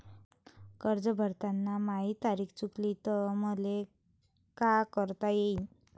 कर्ज भरताना माही तारीख चुकली तर मले का करता येईन?